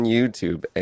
YouTube